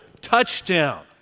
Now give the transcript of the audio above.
touchdown